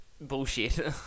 Bullshit